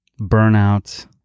burnout